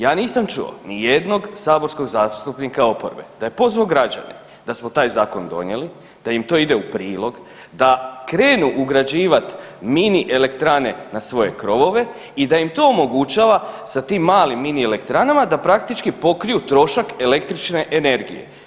Ja nisam čuo ni jednog saborskog zastupnika oporbe da je pozvao građane da smo taj zakon donijeli, da im to ide u prilog, da krenu ugrađivati mini elektrane na svoje krovove i da im to omogućava sa tim malim mini elektranama da praktički pokriju trošak električne energije.